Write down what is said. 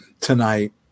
tonight